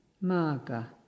Maga